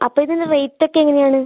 അപ്പോൾ ഇതിൻ്റെ റേറ്റൊക്കെ എങ്ങനെയാണ്